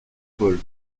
pôles